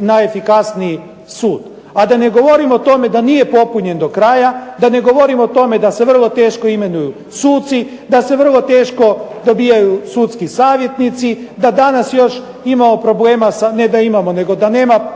najefikasniji sud, a da ne govorim o tome da nije popunjen do kraja, da ne govorim o tome da se vrlo teško imenuju suci, da se vrlo teško dobijaju sudski savjetnici, da danas još imamo problema ne da imamo nego da nema uopće